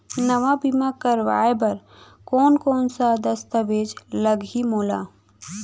नवा बीमा करवाय बर कोन कोन स दस्तावेज लागही मोला?